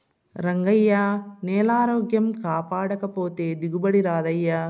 రంగయ్యా, నేలారోగ్యం కాపాడకపోతే దిగుబడి రాదయ్యా